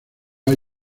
hay